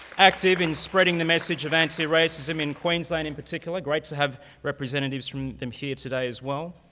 active in spreading the message of anti-racism in queensland in particular. great to have representatives from them here today as well.